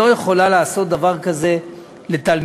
לא יכולה לעשות דבר כזה לתלמידיה.